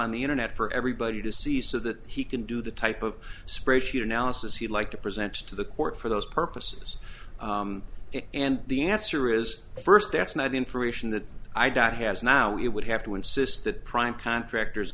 on the internet for everybody to see so that he can do the type of spreadsheet analysis he'd like to present to the court for those purposes and the answer is first that's not information that i doubt has now it would have to insist that prime contractors